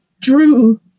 drew